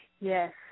Yes